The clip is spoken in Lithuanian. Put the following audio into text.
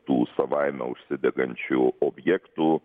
tų savaime užsidegančių objektų